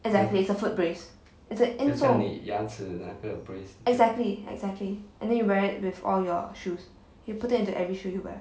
exactly it's a foot brace it's a insole exactly exactly and then you wear it with all your shoes you put it into every shoe you wear